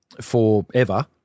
forever